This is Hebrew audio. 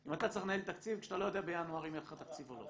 אם אתה צריך לנהל תקציב כשאתה לא יודע בינואר אם יהיה לך תקציב או לא.